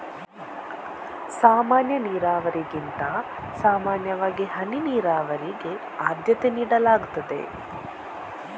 ಸಾಮಾನ್ಯ ನೀರಾವರಿಗಿಂತ ಸಾಮಾನ್ಯವಾಗಿ ಹನಿ ನೀರಾವರಿಗೆ ಆದ್ಯತೆ ನೀಡಲಾಗ್ತದೆ